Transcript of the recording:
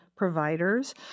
Providers